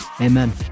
amen